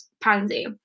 Pansy